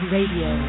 Radio